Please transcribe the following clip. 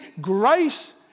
grace